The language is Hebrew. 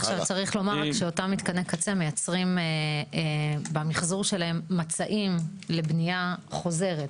צריך לומר רק שאותם מתקני קצה מייצרים במחזור שלהם מצעים לבנייה חוזרת.